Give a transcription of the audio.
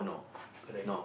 correct